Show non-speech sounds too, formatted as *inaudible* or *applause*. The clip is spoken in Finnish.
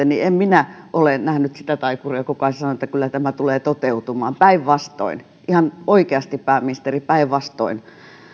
*unintelligible* niin en minä ole nähnyt sitä taikuria kuka sanoo että kyllä tämä tulee toteutumaan päinvastoin ihan oikeasti pääministeri